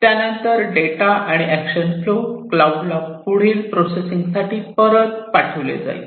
त्यानंतर डेटा आणि action flow cloud ला पुढील प्रोसेसिंगसाठी परत पाठविले जाईल